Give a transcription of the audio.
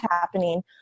happening